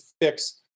fix